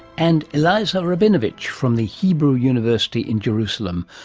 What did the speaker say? and eliezer rabinovici from the hebrew university in jerusalem,